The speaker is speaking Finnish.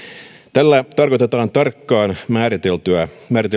tällä tarkoitetaan tarkkaan määriteltyjä